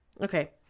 Okay